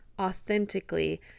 authentically